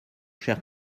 cher